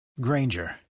Granger